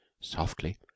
softly